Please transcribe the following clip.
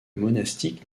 monastiques